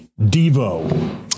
Devo